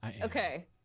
okay